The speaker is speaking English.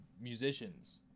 musicians